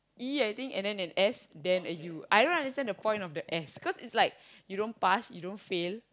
E I think and then an S then a U I don't understand the point of the S because it's like you don't pass you don't fail